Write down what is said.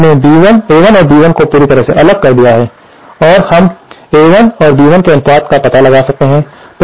तो इस तरह हमने A1 और B1 को पूरी तरह से अलग कर दिया है और हम A1 और B1 के अनुपात का पता लगा सकते हैं